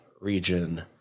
region